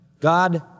God